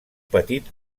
petit